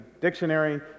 dictionary